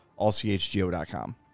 allchgo.com